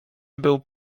był